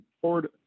forward